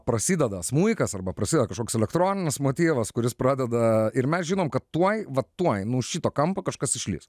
prasideda smuikas arba prasideda kažkoks elektroninis motyvas kuris pradeda ir mes žinom kad tuoj va tuoj nu už šito kampo kažkas išlįs